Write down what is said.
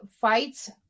fights